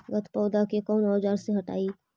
गत्पोदा के कौन औजार से हटायी?